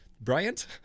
bryant